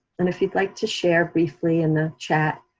and if you'd like to share briefly in the chat.